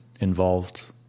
involved